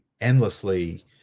endlessly